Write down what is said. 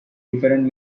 different